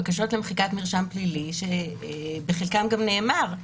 בקשות למחיקת מרשם פלילי, שבחלקן גם נאמר: